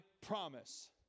promise